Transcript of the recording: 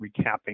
recapping